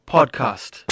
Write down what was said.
Podcast